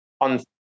on